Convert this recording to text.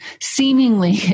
seemingly